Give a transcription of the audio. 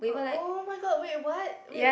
[oh]-my-god wait what wait